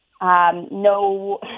no